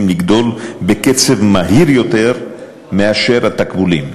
לגדול בקצב מהיר יותר מאשר התקבולים.